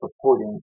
supporting